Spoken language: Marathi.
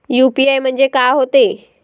यू.पी.आय म्हणजे का होते?